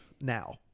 Now